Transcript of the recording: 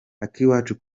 akiwacu